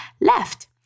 left